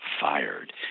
fired